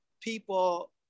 people